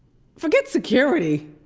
forget security.